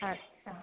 अच्छा